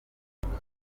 iki